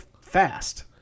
fast